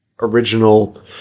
original